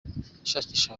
ishakisha